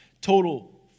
Total